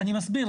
אני מסביר.